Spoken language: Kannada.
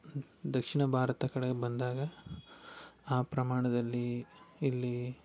ದಕ್ಷಿಣ ಭಾರತ ಕಡೆ ಬಂದಾಗ ಆ ಪ್ರಮಾಣದಲ್ಲಿ ಇಲ್ಲಿ